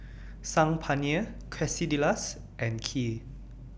Saag Paneer Quesadillas and Kheer